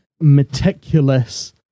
meticulous